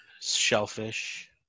Shellfish